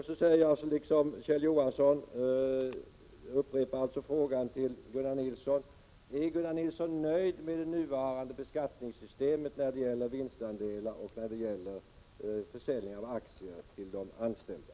Jag upprepar, liksom Kjell Johansson, frågan till Gunnar Nilsson: Är Gunnar Nilsson nöjd med det nuvarande beskattningssystemet när det gäller vinstandelar och försäljning av aktier till de anställda?